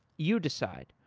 you decide.